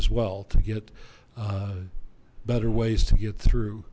as well to get better ways to get through